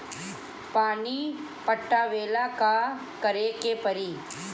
पानी पटावेला का करे के परी?